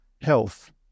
health